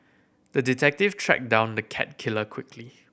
the detective tracked down the cat killer quickly